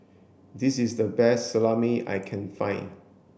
this is the best Salami I can find